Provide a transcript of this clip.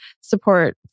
support